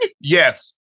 Yes